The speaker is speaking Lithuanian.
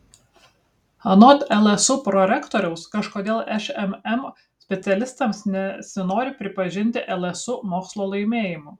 anot lsu prorektoriaus kažkodėl šmm specialistams nesinori pripažinti lsu mokslo laimėjimų